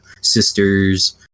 sisters